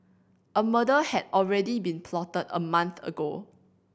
a murder had already been plotted a month ago